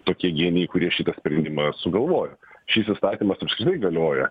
tokie genijai kurie šitą sprendimą sugalvojo šis įstatymas apskritai galioja